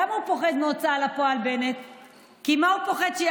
למה בנט פוחד מהוצאה לפועל?